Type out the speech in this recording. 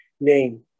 name